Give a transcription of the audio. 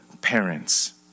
parents